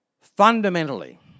Fundamentally